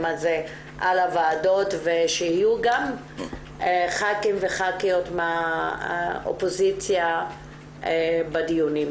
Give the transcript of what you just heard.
הזה על הוועדות ושיהיו גם ח"כים וח"כיות מהאופוזיציה בדיונים.